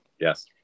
Yes